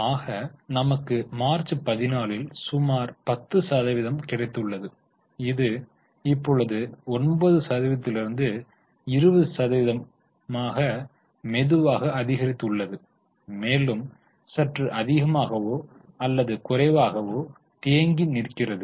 ஆக நமக்கு மார்ச் 14 ல் சுமார் 10 சதவிகிதம் கிடைத்துள்ளது இது இப்பொழுது 9 சதவீதத்திலிருந்து 20 சதவிகிதம் மெதுவாக அதிகரித்துள்ளது மேலும் சற்று அதிகமாகவோ அல்லது குறைவாகவோ தேங்கி நிற்கிறது